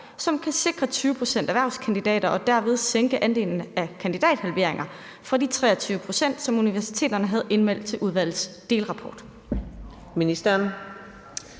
som kan sikre 20 pct. erhvervskandidater og derved sænke andelen af kandidathalveringer fra de 23 pct., som universiteterne havde indmeldt til udvalgets delrapport?